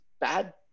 bad